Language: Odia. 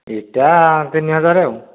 ଇଟା ତିନି ହଜାର ଆଉ